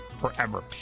forever